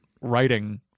writing